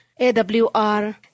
AWR